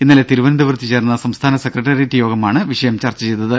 ഇന്നലെ തിരുവനന്തപുരത്ത് ചേർന്ന സംസ്ഥാന സെക്രട്ടേറിയറ്റ് യോഗമാണ് വിഷയം ചർച്ച ചെയ്തത്